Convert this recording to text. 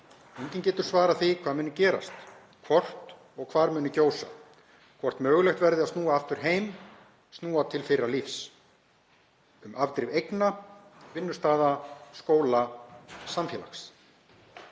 Enginn getur svarað því hvað muni gerast, hvort og hvar muni gjósa, hvort mögulegt verði að snúa aftur heim, snúa til fyrra lífs, um afdrif eigna, vinnustaða, skóla, samfélags.